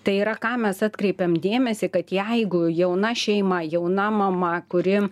tai yra ką mes atkreipiam dėmesį kad jeigu jauna šeima jauna mama kuri